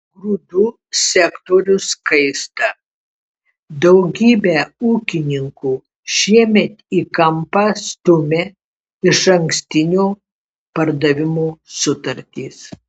grūdų sektorius kaista daugybę ūkininkų šiemet į kampą stumia išankstinio pardavimo sutartys